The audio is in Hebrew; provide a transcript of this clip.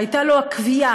שהייתה לו הכוויה,